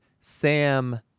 Sam